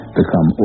become